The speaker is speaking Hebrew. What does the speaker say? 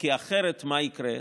כי אחרת, מה יקרה?